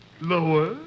Lower